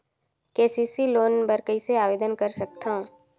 KCC loan बर कइसे आवेदन कर सकथव?